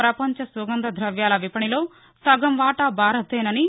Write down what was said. పపంచ సుగంధ ద్రవ్యాల విపణిలో సగం వాటా భారత్దేనని